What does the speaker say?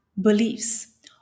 beliefs